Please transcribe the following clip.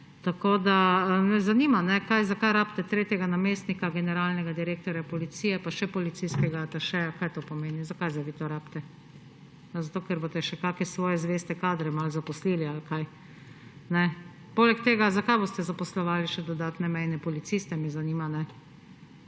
po vaši meri. Zanima me, zakaj rabite tretjega namestnika generalnega direktorja policije pa še policijskega atašeja. Kaj to pomeni, zakaj zdaj vi to rabite? A ker boste še kakšne svoje zveste kadre malo zaposlili ali kaj? Poleg tega me zanima, zakaj boste zaposlovali še dodatne mejne policiste. Prej